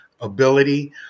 ability